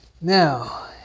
now